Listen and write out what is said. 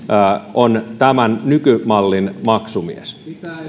on tämän nykymallin maksumies